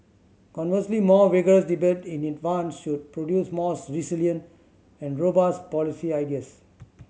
conversely more vigorous debate in advance should produce more resilient and robust policy ideas